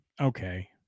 Okay